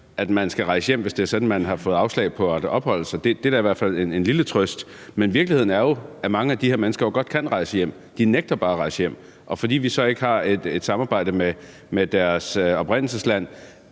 at man skal rejse hjem, hvis det er sådan, man har fået afslag på at opholde sig her. Det er da i hvert fald en lille trøst, men virkeligheden er jo, at mange af de her mennesker godt kan rejse hjem. De nægter bare at rejse hjem, og når vi så ikke har et samarbejde med deres oprindelsesland,